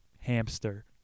hamster